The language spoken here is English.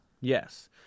yes